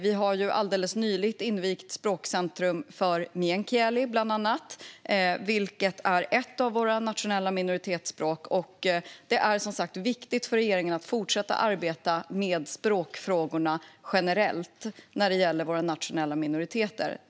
Vi har alldeles nyligen invigt ett språkcentrum för meänkieli, som är ett våra nationella minoritetsspråk. Det är viktigt för regeringen att fortsätta arbeta med språkfrågorna generellt när det gäller våra nationella minoriteter.